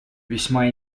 весьма